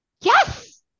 Yes